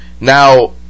now